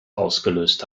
ausgelöst